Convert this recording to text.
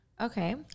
Okay